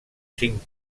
cinc